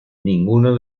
ninguno